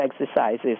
exercises